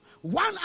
One